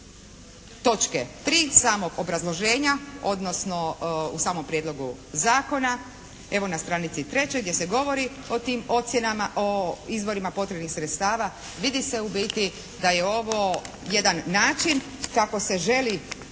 točke 3. samog obrazloženja odnosno u samom prijedlogu zakona evo na stranici 3. gdje se govori o tim ocjenama o izborima potrebnih sredstava vidi se u biti da je ovo jedan način kako se želi